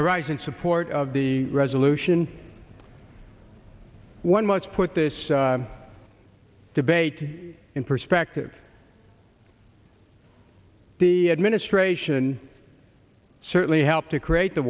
i rise in support of the resolution one much put this debate in perspective the administration certainly helped to create the